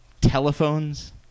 telephones